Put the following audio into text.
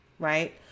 right